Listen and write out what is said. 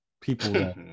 people